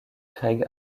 craig